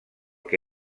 que